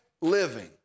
living